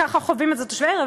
ככה חווים את זה תושבי העיר.